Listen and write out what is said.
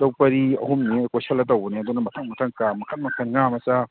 ꯂꯧ ꯄꯔꯤ ꯑꯍꯨꯝꯅꯤ ꯀꯣꯏꯁꯤꯜꯂ ꯇꯧꯕꯅꯤ ꯑꯗꯨꯅ ꯃꯊꯪ ꯃꯊꯪ ꯀꯥ ꯃꯈꯟ ꯃꯈꯟ ꯉꯥ ꯃꯆꯥ